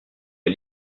est